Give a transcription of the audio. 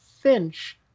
Finch